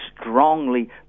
strongly